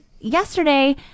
yesterday